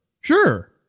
sure